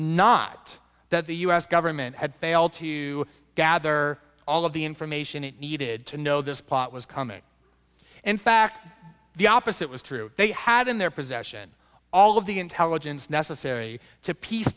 not that the u s government had failed to gather all of the information it needed to know this plot was coming in fact the opposite was true they had in their possession all of the intelligence necessary to piece